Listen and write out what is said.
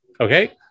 Okay